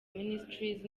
ministries